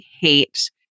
hate